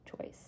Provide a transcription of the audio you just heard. choice